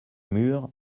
murs